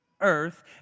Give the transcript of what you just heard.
earth